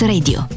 Radio